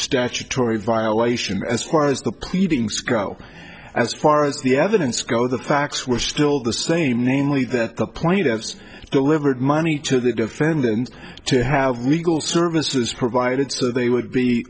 statutory violation and as far as the pleadings go as far as the evidence go the facts were still the same namely that the plaintiffs delivered money to the defendant to have legal services provided so they would be